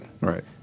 Right